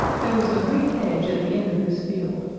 there was a great hedge at the end of this field,